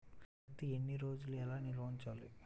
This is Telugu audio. పత్తి ఎన్ని రోజులు ఎలా నిల్వ ఉంచాలి?